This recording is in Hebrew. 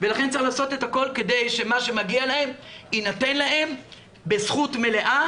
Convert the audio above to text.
לכן צריך לעשות את הכל כדי שמה שמגיע להם יינתן להם בזכות מלאה